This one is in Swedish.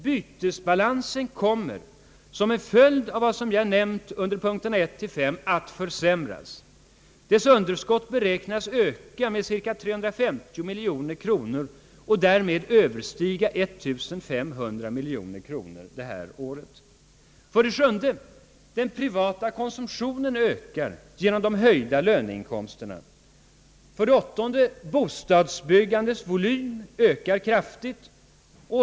Bytesbalansen kommer — som en följd av vad som nämnts under punkterna 1—5 — att försämras. Dess underskott beräknas öka med ca 350 miljoner kronor och därmed överstiga 1500 miljoner kronor år 1967. 7. Den privata konsumtionen ökar genom de höjda löneinkomsterna. 9.